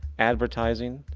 advertising,